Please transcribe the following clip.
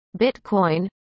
bitcoin